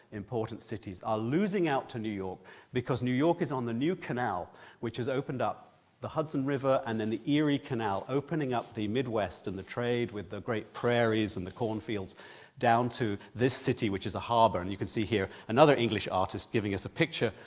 important cities, are losing out to new york because new york is on the new canal which has opened up the hudson river and then the erie canal, opening up the midwest and the trade with the great prairies and the cornfields down to this city which is a harbour. and you can see another another english artist giving us a picture,